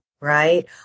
Right